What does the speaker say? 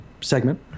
segment